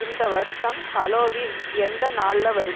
இந்த வருஷம் ஹலோவீன் எந்த நாள்ல வருது